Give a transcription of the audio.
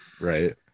right